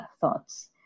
thoughts